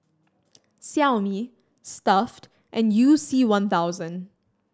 Xiaomi Stuff'd and You C One thousand